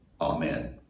Amen